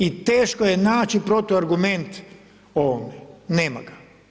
I teško je naći protuargument ovome, nema ga.